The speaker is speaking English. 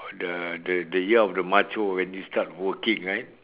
the the the year of the macho when you start working right